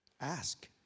ask